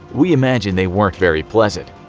we imagine they weren't very pleasant.